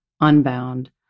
unbound